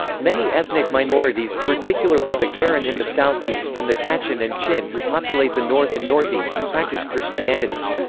many ethnic minorities, particularly the karen in the southeast and the kachin and chin who populate the north and northeast, practice christianity.